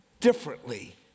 differently